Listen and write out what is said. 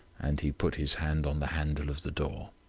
and he put his hand on the handle of the door.